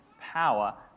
power